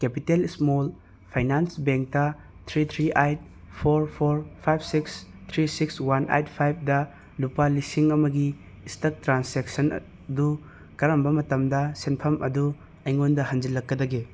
capital small finance ꯕꯦꯡꯗ three three eight four four five six three six one eight ꯐꯥꯏꯕꯗ ꯂꯨꯄꯥ ꯂꯤꯁꯤꯡ ꯑꯃꯒꯤ ꯁ꯭ꯇꯔꯛ ꯇ꯭ꯔꯥꯟꯁꯦꯛꯁꯟ ꯑꯗꯨ ꯀꯔꯝꯕ ꯃꯇꯝꯗ ꯁꯦꯝꯐꯝ ꯑꯗꯨ ꯑꯩꯉꯣꯟꯗ ꯍꯟꯖꯤꯜꯂꯛꯀꯗꯒꯦ